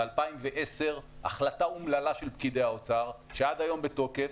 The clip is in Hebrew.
ב-2010 החלטה אומללה של פקידי האוצר שעד היום בתוקף,